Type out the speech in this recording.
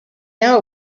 now